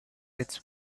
its